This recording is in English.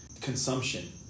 consumption